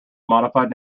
modified